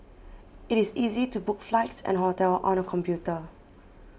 it is easy to book flights and hotels on the computer